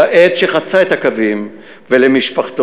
לעד שחצה את הקווים ולמשפחתו,